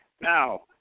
Now